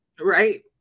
Right